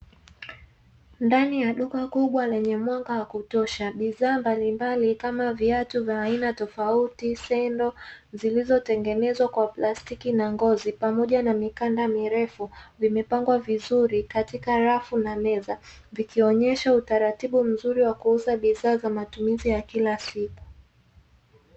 Ndani ya duka kubwa lenye mwanga wa kutosha bidhaa mbalimbali kama viatu vya aina tofauti, sendo zilizotengenezwa kwa plastiki na ngozi pamoja na mikanda mirefu, vimepangiliwa vizuri katika rafu na meza vikionyesha utaratibu mzuri wa kuuza bidhaa za matumizi ya kila siku.